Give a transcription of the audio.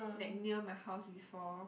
that near my house before